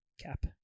cap